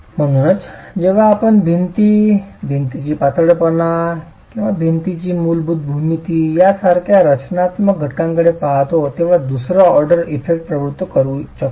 म्हणूनच जेव्हा आपण भिंती भिंतीची पातळपणा भिंतीची मूलभूत भूमिती यासारख्या रचनात्मक घटकांकडे पाहतो तेव्हा दुसरा ऑर्डर इफेक्ट प्रवृत्त करू शकतो